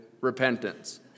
repentance